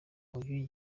uyu